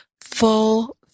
full